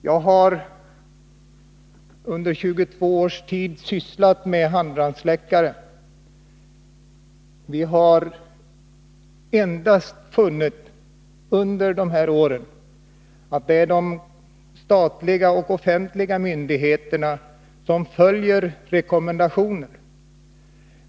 Jag har under 22 års tid sysslat med handbrandsläckare och under de åren funnit att det endast är statliga och andra offentliga myndigheter som följer rekommendationen.